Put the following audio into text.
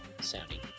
sounding